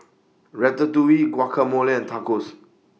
Ratatouille Guacamole and Tacos